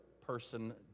person